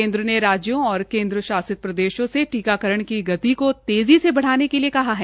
केन्द्र ने राज्यों और केन्द्र शासित प्रदेशों से टीकाकरण की गति को तेज़ी से बढ़ाने के लिए कहा है